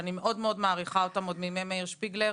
שאני מאוד מעריכה אותם עוד מימי מאיר שפיגלר,